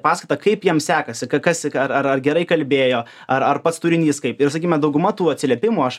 paskaitą kaip jiem sekasi kas ka kas ar ar ar gerai kalbėjo ar ar pats turinys kaip ir sakykim dauguma tų atsiliepimų aš